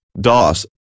DOS